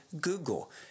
Google